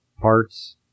parts